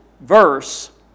verse